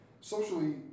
socially